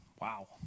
Wow